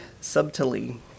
subtly